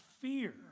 fear